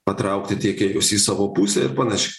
patraukti tiekėjus į savo pusę ir panašiai